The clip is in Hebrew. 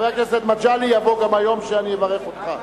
חבר הכנסת מגלי, יבוא גם היום שאני אברך אותך.